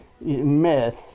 myth